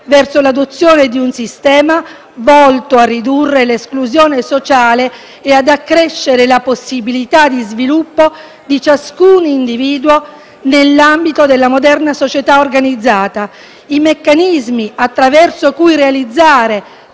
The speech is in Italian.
verso l'adozione di un sistema volto a ridurre l'esclusione sociale e ad accrescere la possibilità di sviluppo di ciascun individuo nell'ambito della moderna società organizzata. I meccanismi attraverso cui realizzare